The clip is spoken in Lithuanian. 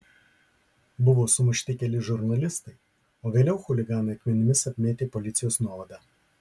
buvo sumušti keli žurnalistai o vėliau chuliganai akmenimis apmėtė policijos nuovadą